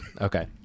Okay